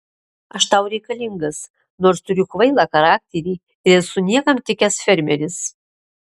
aš tau reikalingas nors turiu kvailą charakterį ir esu niekam tikęs fermeris